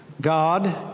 God